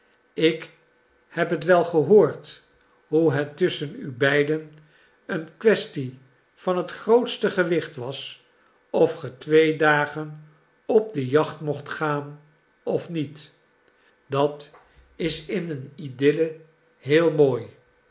ik heb het wel gehoord hoe het tusschen u beiden een kwestie van het grootste gewicht was of ge twee dagen op de jacht mocht gaan of niet dat is in een idylle heel mooi